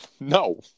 No